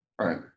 right